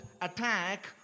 attack